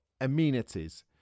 Amenities